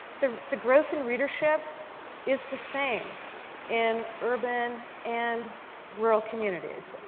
the the growth in readership is the same in urban and rural communities.